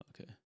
Okay